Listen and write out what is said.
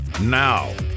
Now